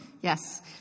Yes